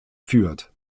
führt